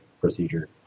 procedure